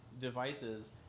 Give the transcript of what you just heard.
devices